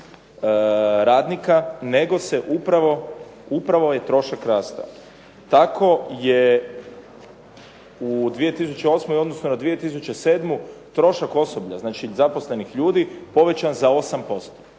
radnika, nego se upravo je trošak rastao. Tako je u 2008. u odnosu na 2007. trošak osoblja, znači zaposlenih ljudi povećan za 8%.